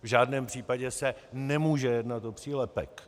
V žádném případě se nemůže jednat o přílepek.